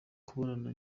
kubonana